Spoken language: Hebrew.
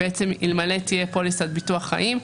אלמלא תהיה פוליסת ביטוח חיים,